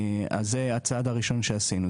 זה הצעד הראשון שעשינו.